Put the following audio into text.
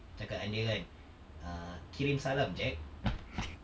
cakap dengan dia kan err kirim salam jack